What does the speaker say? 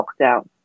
lockdown